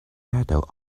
riddle